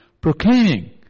proclaiming